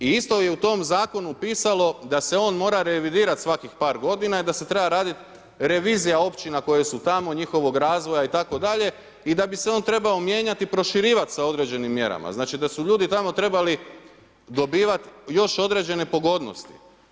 I isto je u tom zakonu pisalo da se on mora revidirati svakih par godina i da se treba raditi revizija općina koje su tamo, njihovog razvoja itd. i da bi se on trebao mijenjati i proširivati sa određenim mjerama, znači da su ljudi tamo trebali dobivati još određene pogodnosti.